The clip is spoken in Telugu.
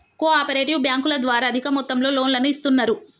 కో ఆపరేటివ్ బ్యాంకుల ద్వారా అధిక మొత్తంలో లోన్లను ఇస్తున్నరు